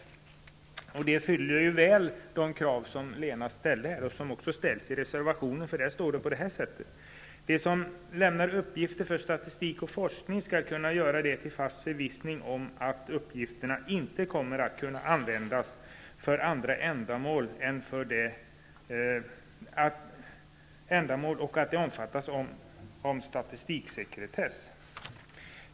Detta uppfyller ju väl de krav Lena Klevenås ställde och som också ställs i reservationen, där man skriver: ''De som lämnar uppgifter för statistik och forskning skall kunna göra detta i en fast förvissning om att uppgifterna inte kommer att kunna användas för andra ändamål och att de omfattas av statistiksekretessen.''